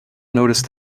noticed